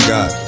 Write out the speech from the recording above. God